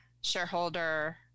shareholder